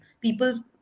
people